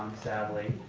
sadly.